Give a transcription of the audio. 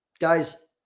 Guys